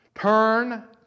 turn